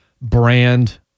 brand